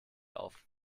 auf